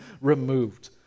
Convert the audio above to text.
removed